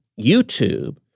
YouTube